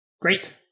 Great